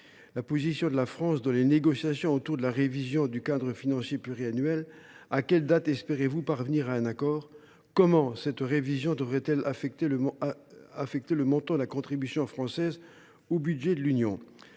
la position de la France dans les négociations sur la révision du cadre financier pluriannuel ? À quelle date espérez vous parvenir à un accord ? Comment cette révision devrait elle affecter le montant de la contribution française au budget de l’Union ?